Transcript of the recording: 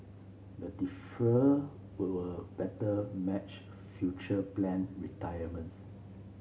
the deferral will better match future planned retirements